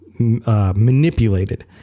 Manipulated